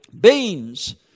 beans